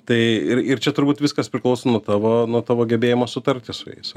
tai ir ir čia turbūt viskas priklauso nuo tavo nuo tavo gebėjimo sutarti su jais